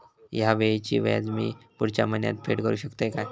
हया वेळीचे व्याज मी पुढच्या महिन्यात फेड करू शकतय काय?